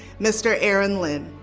mr. eron linn.